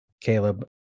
Caleb